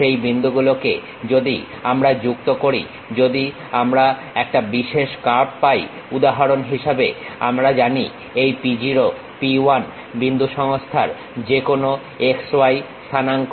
সেই বিন্দুগুলোকে যদি আমরা যুক্ত করি যদি আমরা একটা বিশেষ কার্ভ পাই উদাহরণ হিসেবে আমরা জানি এই p0 p1 বিন্দু সেই সংস্থার যেকোনো x y স্থানাঙ্ক